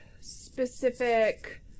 specific